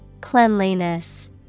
Cleanliness